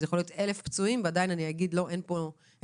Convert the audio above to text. אם יש אירוע עם 1,000 פצועים אבל אין בו נספים